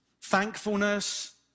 thankfulness